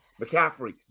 McCaffrey